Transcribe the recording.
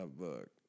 book